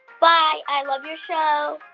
bye. i love your show